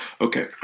Okay